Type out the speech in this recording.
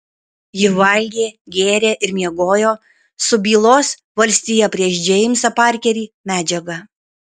ji valgė gėrė ir miegojo su bylos valstija prieš džeimsą parkerį medžiaga